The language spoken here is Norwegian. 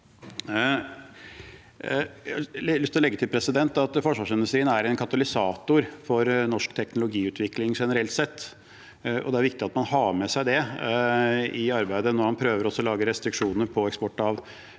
lyst å legge til at forsvarsindustrien er en katalysator for norsk teknologiutvikling generelt sett. Det er viktig at man har med seg det når man prøver å lage restriksjoner for